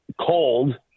cold